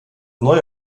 neue